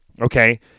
okay